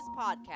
podcast